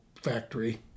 Factory